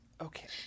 okay